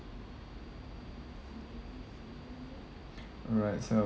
alright so